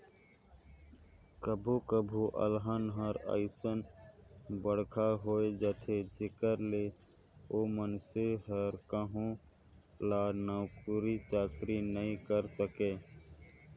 कभो कभो अलहन हर अइसन बड़खा होए जाथे जेखर ले ओ मइनसे हर कहो ल नउकरी चाकरी नइ करे सके